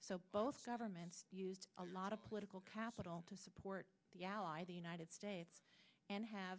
so both governments used a lot of political capital to support the ally the united states and have